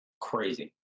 crazy